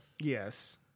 Yes